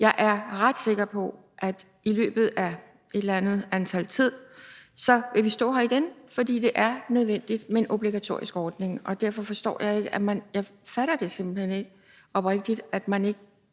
Jeg er ret sikker på, at i løbet af noget tid vil vi stå her igen, fordi det er nødvendigt med en obligatorisk ordning, og derfor fatter jeg oprigtigt simpelt hen ikke, at man ikke